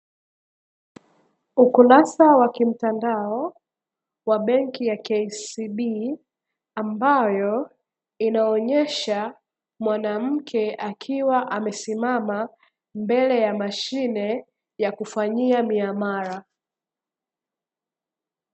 Ukurasa wa kimtandao wa benki ya 'KCB', ambayo inaonyesha mwanamke akiwa amesimama mbele ya mashine ya kufanyia miamala.